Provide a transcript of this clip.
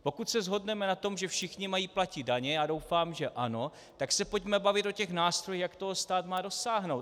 Pokud se shodneme na tom, že všichni mají platit daně, a doufám, že ano, tak se pojďme bavit o nástrojích, jak toho stát má dosáhnout.